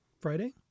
Friday